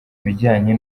ibijyanye